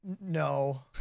no